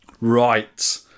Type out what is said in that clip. Right